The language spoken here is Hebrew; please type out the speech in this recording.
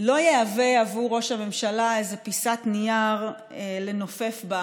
לא יהווה עבור ראש הממשלה איזה פיסת נייר לנופף בה